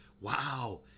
Wow